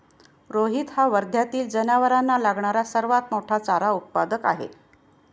रोहित हा वर्ध्यातील जनावरांना लागणारा सर्वात मोठा चारा उत्पादक आहे